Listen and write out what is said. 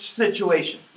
situation